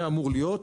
אתה שומע?